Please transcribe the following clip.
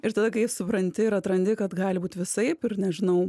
ir tada kai supranti ir atrandi kad gali būt visaip ir nežinau